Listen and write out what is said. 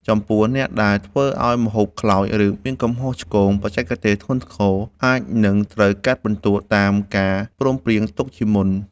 ចំពោះអ្នកដែលធ្វើឱ្យម្ហូបខ្លោច ឬមានកំហុសឆ្គងបច្ចេកទេសធ្ងន់ធ្ងរ អាចនឹងត្រូវកាត់ពិន្ទុតាមការព្រមព្រៀងគ្នាទុកជាមុន។